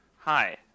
Hi